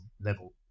level